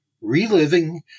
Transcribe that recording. Reliving